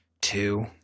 two